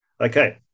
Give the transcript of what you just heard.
Okay